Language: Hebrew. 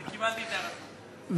קיבלתי את הערתך.